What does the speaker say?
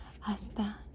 hasta